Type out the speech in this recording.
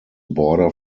border